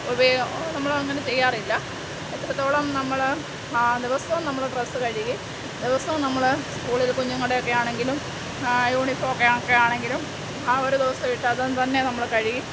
ഉപയോ നമ്മൾ അങ്ങനെ ചെയ്യാറില്ല എത്രത്തോളം നമ്മൾ ദിവസവും നമ്മൾ ഡ്രസ്സ് കഴുകി ദിവസവും നമ്മൾ സ്കൂളിൽ കുഞ്ഞുങ്ങളുടെ ഒക്കെ ആണെങ്കിലും യൂണിഫോം ഒക്കെയാ ഒക്കെ ആണെങ്കിലും ആ ഒരു ദിവസം ഇട്ടതും തന്നെ നമ്മൾ കഴുകി